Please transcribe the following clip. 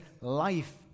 life